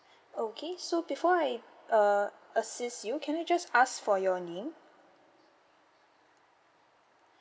okay so before I uh assist you can I just ask for your name